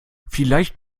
vielleicht